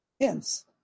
Hence